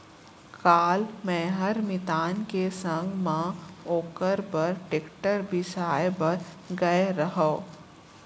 काल मैंहर मितान के संग म ओकर बर टेक्टर बिसाए बर गए रहव